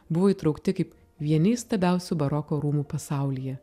buvo įtraukti kaip vieni įstabiausių baroko rūmų pasaulyje